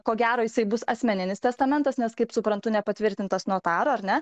ko gero jisai bus asmeninis testamentas nes kaip suprantu nepatvirtintas notaro ar ne